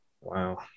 wow